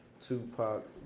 Tupac